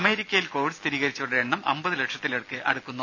അമേരിക്കയിൽ കോവിഡ് സ്ഥിരീകരിച്ചുവരുടെ എണ്ണം അമ്പതു ലക്ഷത്തിലേക്ക് അടുക്കുന്നു